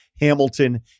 Hamilton